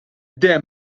demm